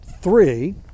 three